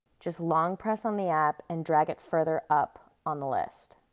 just long press on the app, and drag it further up on the list.